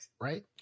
right